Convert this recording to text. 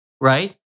Right